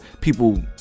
people